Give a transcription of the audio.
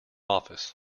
office